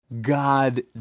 God